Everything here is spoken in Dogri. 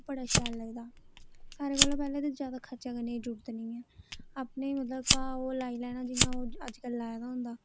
ओह् बड़ा शैल लगदा सारें कोला पैह्लैं जैदा कर्चा करने दी जरूरत निं ऐ अपने गै ओह् घा बगैरा लाई लैना जियां अजकल लाए दा होंदा ऐ